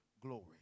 glory